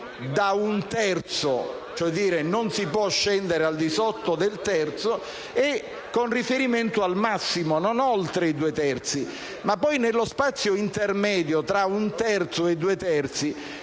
«da un terzo», cioè non si può scendere al di sotto del terzo, e con riferimento al massimo non oltre i «due terzi»; poi però nello spazio intermedio tra un terzo e due terzi